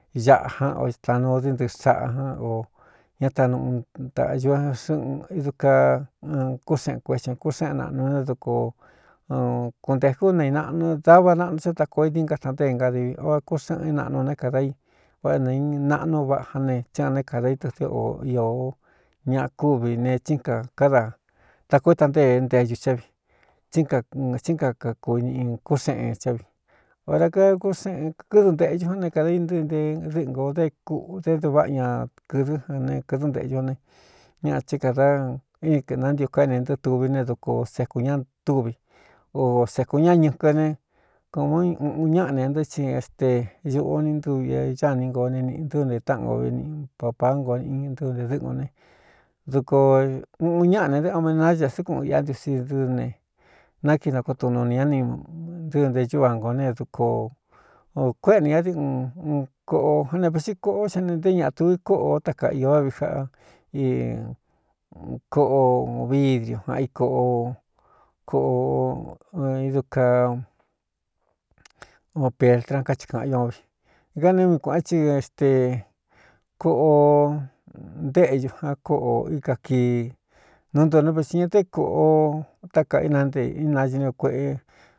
Nāꞌa ján o tanuu dɨ́ ntɨɨ sāꞌa án o ñá tanuꞌu ntaꞌñu xɨꞌn idu kaa n kúxeꞌen kuetɨ ña kú xéꞌen naꞌnu ne duko n kuntēkú ú nai naꞌnu dava naꞌnu sá ta koo idinga tantée ngadivi oa kú xeꞌen i naꞌnu né kādā i váꞌ é nāi naꞌnu vaꞌa án ne tsí ān né kāda i tɨdɨ o iō ñaꞌa kúvi ne tsín ka káda ta koo éta ntée nteñu cá vi tsí tsín kakakūñɨꞌɨ kúxeꞌen chá vi ora k kú xeꞌen kkɨ́dunteꞌñu jan né kādā i ntɨɨ nte dɨ́ꞌɨn gōo d kuꞌdé ntuváꞌa ña kɨ̄dɨ́ an ne kɨ̄dɨ́ntēꞌ ñú ne ñaꞌa tí kāda nantio k éne ntɨɨ tuvi ne duko sekū ña túvi o sēkūn ñá ñɨkɨ ne kūmɨ uꞌuun ñáꞌa ne ntɨ́ɨ́ csi ste ñuꞌu o ní ntúvi é ñáni ngoo ne nīꞌī ntɨnte táꞌan nko vini papaá ngoo nꞌí ntɨ nte dɨ́ꞌɨn o ne duko uꞌuun ñaꞌa ne dɨɨ omenaya sɨkun iꞌá ntiusi ndɨɨ ne nakiinakotunuini ñá ni ntɨɨ nteñúva ngo ne duko kuéꞌe nī ña di un un koꞌo ján ne vesi koꞌo xa ne nté ñaꞌa tuvi kóꞌō táka iō váꞌvi jáꞌa i koꞌo vidriu jan ikoꞌo kꞌo idu kaa opeltran káchi kāꞌan ña o vi ika ni mi kuēꞌen thɨ éxte koꞌo ntéꞌñu ján kóꞌo íka kii nɨ ntoné vetsi ña té kōꞌo tá kaꞌa inante inañɨni o kueꞌe.